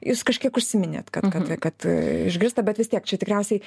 jūs kažkiek užsiminėt kad kad kad e išgirsta bet vis tiek čia tikriausiai